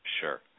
Sure